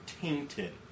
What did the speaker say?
tainted